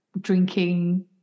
drinking